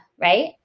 right